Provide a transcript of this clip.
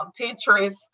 Pinterest